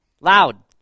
Loud